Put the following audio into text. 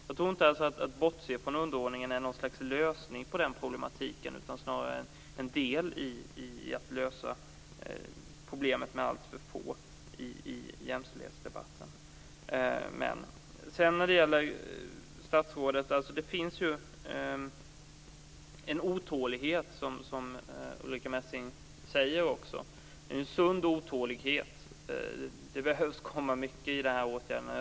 Jag tror inte att det är en lösning på den problematiken om man bortser från underordningen, utan det är snarare en del i att lösa problemet med alltför få män i jämställdhetsdebatten. När det gäller det som statsrådet Ulrica Messing sade, finns det en sund otålighet. Det behöver komma in mycket i de här åtgärderna.